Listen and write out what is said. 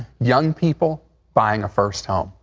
young people buying a first home.